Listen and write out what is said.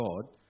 God